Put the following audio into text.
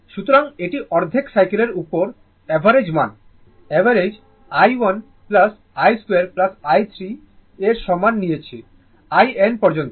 সুতরাং একটি অর্ধেক সাইকেলের উপর অ্যাভারেজ মান যা I অ্যাভারেজ I ক্যাপিটেল আমরা I average i1 I2 i3 এর সমান নিয়েছি in পর্যন্ত